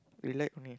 relax only